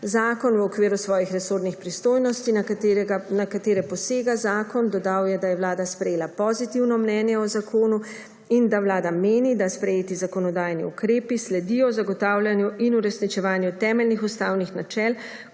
zakon v okviru svojih resornih pristojnosti, na katere posega zakon. Dodal je, da je vlada sprejela pozitivno mnenje o zakonu in da vlada meni, da sprejeti zakonodajni ukrepi sledijo zagotavljanju in uresničevanju temeljih ustavnih načel,